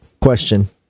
question